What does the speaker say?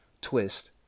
twist